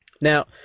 Now